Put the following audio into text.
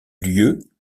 lieu